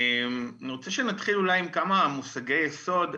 אני רוצה שנתחיל אולי עם כמה מושגי יסוד.